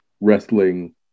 wrestling